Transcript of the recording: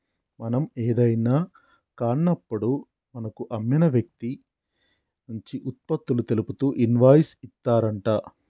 మనం ఏదైనా కాన్నప్పుడు మనకు అమ్మిన వ్యక్తి నుంచి ఉత్పత్తులు తెలుపుతూ ఇన్వాయిస్ ఇత్తారంట